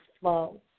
flow